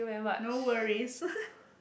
no worries